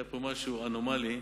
היה פה משהו אנומלי,